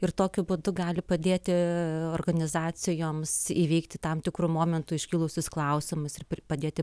ir tokiu būdu gali padėti organizacijoms įveikti tam tikru momentu iškilusius klausimus ir padėti